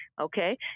okay